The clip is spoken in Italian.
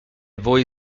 voi